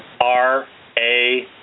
R-A